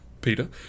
Peter